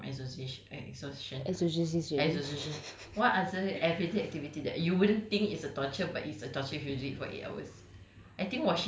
orang boleh mati sia from exhaustion exhaustion exhaustion what other everyday activity that you wouldn't think is a torture but it's a torture if you do it for eight hours